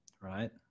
right